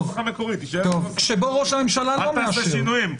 תעשה שינויים.